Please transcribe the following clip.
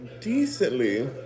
decently